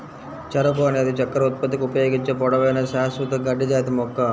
చెరకు అనేది చక్కెర ఉత్పత్తికి ఉపయోగించే పొడవైన, శాశ్వత గడ్డి జాతి మొక్క